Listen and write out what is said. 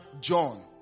John